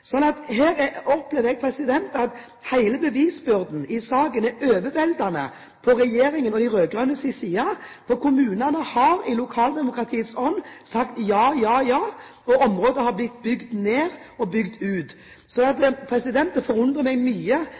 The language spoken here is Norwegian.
og de rød-grønnes side. Kommunene har i lokaldemokratiets ånd sagt ja, ja, og områder har blitt bygd ned og bygd ut. Det forundrer meg veldig at